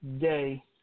day